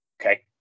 Okay